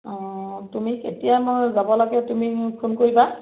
অঁ তুমি কেতিয়া মই যাব লাগে তুমি মোক ফোন কৰিবা